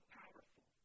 powerful